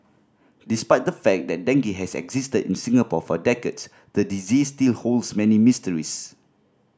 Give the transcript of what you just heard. despite the fact that dengue has existed in Singapore for decades the disease still holds many mysteries